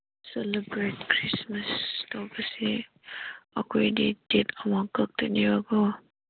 celebrate Christmas ꯇꯧꯕꯁꯤ ꯑꯩꯈꯣꯏꯗꯤ date ꯑꯃ ꯈꯛꯇꯅꯦꯕꯀꯣ